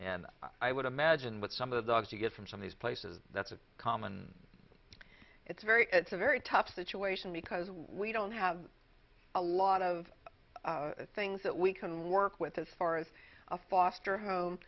and i would imagine what some of the odds you get from some of these places that's a common it's very it's a very tough situation because we don't have a lot of things that we can work with as far as a foster home